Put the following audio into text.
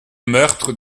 meurtre